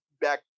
Back